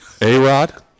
A-Rod